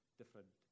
different